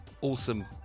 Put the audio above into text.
awesome